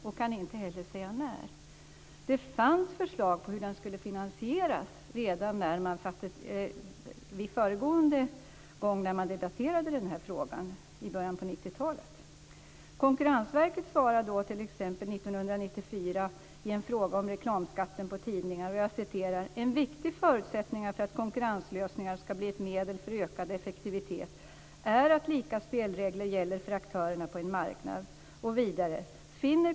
Man kan inte heller säga när det kan ske. Det fanns förslag till hur ett borttagande skulle finansieras redan förra gången man debatterade denna fråga - i början på 1990-talet. Konkurrensverket svarade 1994 på en fråga om reklamskatten för tidningar att en viktig förutsättning för att konkurrenslösningar skall bli ett medel för ökad effektivitet är att lika spelregler gäller för aktörerna på en marknad.